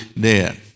dead